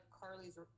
Carly's